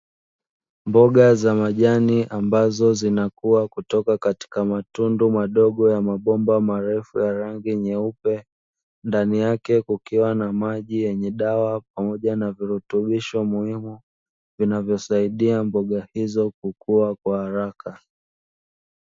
Mboga za majani ambazo zinakua kutoka katika matundu madogo ya mabomba marefu ya rangi nyeupe, ndani yake kukiwa na maji yenye dawa pamoja na virutubisho muhimu vinavyosaidia mboga hizo kukua kwa haraka .